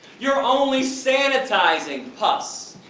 you're only sanitizing pus,